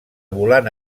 volant